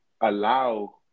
allow